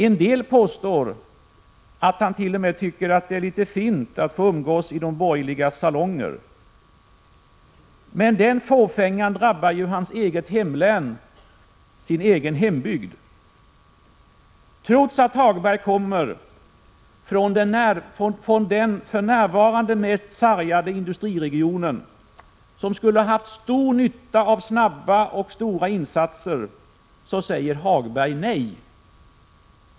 En del påstår att han t.o.m. tycker att det är litet fint att umgås i de borgerligas salonger. Men den fåfängan drabbar ju hans eget hemlän, hans egen hembygd. Trots att Lars-Ove Hagberg kommer från den för närvarande mest särgade industriregionen, som skulle ha haft stor nytta av snabba och stora insatser, säger Hagberg nej.